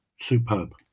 Superb